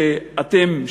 שאתם,